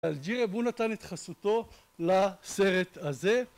ג'ירה הוא נתן את חסותו לסרט הזה